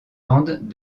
andes